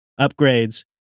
upgrades